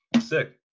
Sick